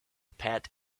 pat